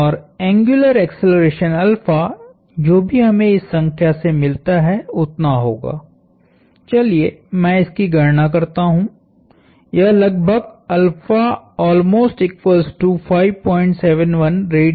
और एंग्युलर एक्सेलरेशनजो भी हमें इस संख्या से मिलता है उतना होगा चलिए मैं इसकी गणना करता हु यह लगभग है